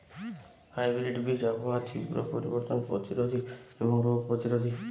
hybrid বীজ আবহাওয়ার তীব্র পরিবর্তন প্রতিরোধী এবং রোগ প্রতিরোধী